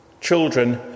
Children